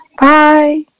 Bye